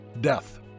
death